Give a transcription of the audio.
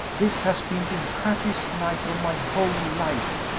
this has been the happiest night of my whole life.